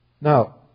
Now